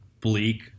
bleak